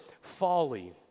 folly